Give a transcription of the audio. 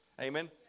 Amen